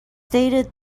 stated